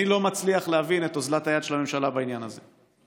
אני לא מצליח להבין את אוזלת היד של הממשלה בעניין הזה.